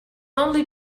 only